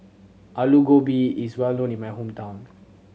Alu Gobi is well known in my hometown